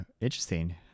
interesting